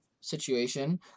situation